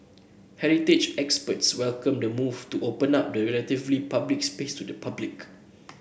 heritage experts welcomed the move to open up the relatively private space to the public